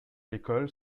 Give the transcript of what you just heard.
l’école